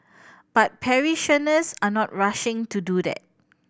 but parishioners are not rushing to do that